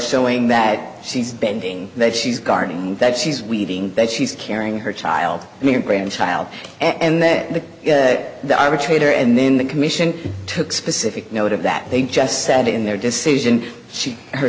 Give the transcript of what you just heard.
showing that she's bending that she's guarding that she's weaving that she's carrying her child your grandchild and that the the arbitrator and then the commission took specific note of that they just said in their decision she her